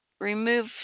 Remove